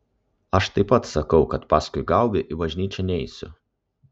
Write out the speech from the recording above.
aš taip pat sakau kad paskui gaubį į bažnyčią neisiu